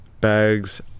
bags